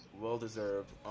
Well-deserved